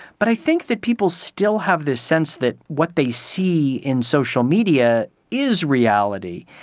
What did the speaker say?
but i think that people still have this sense that what they see in social media is reality.